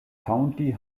county